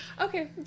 Okay